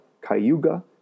Cayuga